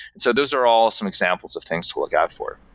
so those are all some examples of things to look out for.